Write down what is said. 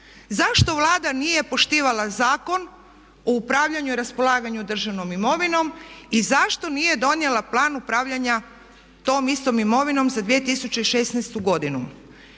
Zašto Vlada nije poštivala Zakon o upravljanju i raspolaganju državnom imovinom i zašto nije donijela Plan upravljanja tom istom imovinom za 2016. godinu?